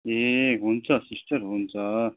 ए हुन्छ सिस्टर हुन्छ